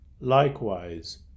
Likewise